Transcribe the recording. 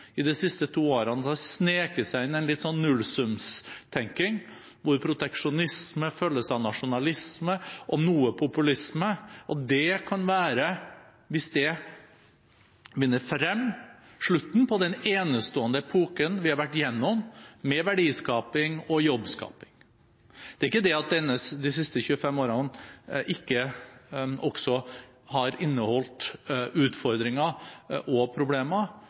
i de siste to årene har sneket seg inn en litt sånn nullsum-tenking, der proteksjonisme følges av nasjonalisme og noe populisme. Hvis det vinner frem, kan det være slutten på den enestående epoken vi har vært gjennom med verdiskaping og jobbskaping. Det er ikke det at de siste 25 årene ikke også har inneholdt utfordringer og problemer,